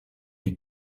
die